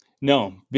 No